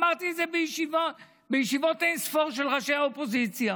אמרתי את זה בישיבות אין-ספור של ראשי האופוזיציה,